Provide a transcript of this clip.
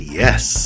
yes